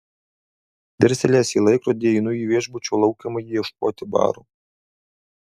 dirstelėjęs į laikrodį einu į viešbučio laukiamąjį ieškoti baro